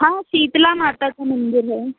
हाँ शीतला माता का मंदिर है